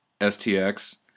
stx